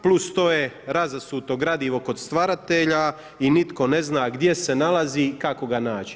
Plus to je razasuto gradivo kod stvaratelja i nitko ne zna gdje se nalazi i kako ga naći.